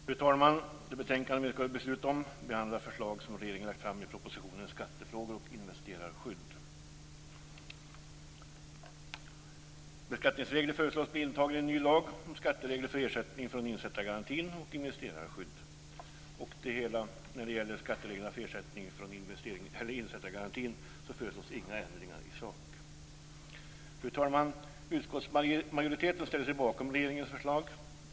Fru talman! Det betänkande vi nu skall besluta om behandlar förslag som regeringen har lagt fram i propositionen Skattefrågor och investerarskydd. Beskattningsreglerna föreslås bli intagna i en ny lag om skatteregler för ersättning från insättningsgaranti och investerarskydd. När det gäller skatteregler för ersättning från insättningsgarantin föreslås inga ändringar i sak. Fru talman! Utskottsmajoriteten ställer sig bakom regeringens förslag.